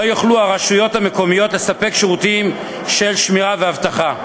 יוכלו הרשויות המקומיות לספק שירותים של שמירה ואבטחה,